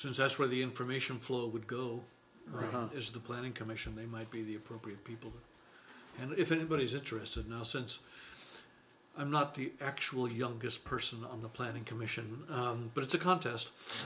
so that's where the information flow would go round is the planning commission they might be the appropriate people and if anybody's interested now since i'm not the actual youngest person on the planning commission it's a contest